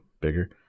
bigger